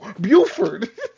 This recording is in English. Buford